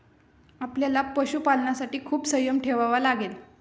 आपल्याला पशुपालनासाठी खूप संयम ठेवावा लागेल